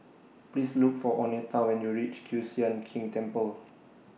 Please Look For Oneta when YOU REACH Kiew Sian King Temple